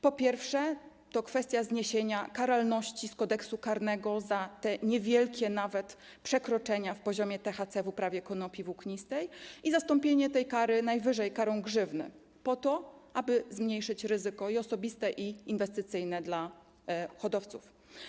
Po pierwsze, to kwestia zniesienia karalności na mocy Kodeksu karnego za niewielkie nawet przekroczenia poziomu THC w uprawie konopi włóknistej i zastąpienie tej kary najwyżej karą grzywny, po to, aby zmniejszyć ryzyko, i osobiste, i inwestycyjne w przypadku hodowców.